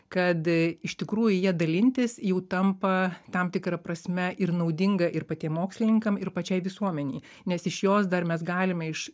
kad iš tikrųjų ja dalintis jau tampa tam tikra prasme ir naudinga ir patiem mokslininkam ir pačiai visuomenei nes iš jos dar mes galime iš